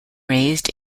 raised